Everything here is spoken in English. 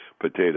potato